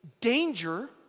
danger